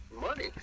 money